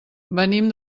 venim